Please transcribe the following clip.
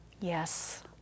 Yes